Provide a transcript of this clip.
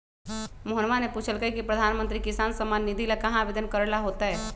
मोहन ने पूछल कई की प्रधानमंत्री किसान सम्मान निधि ला कहाँ आवेदन करे ला होतय?